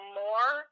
more